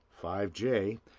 5J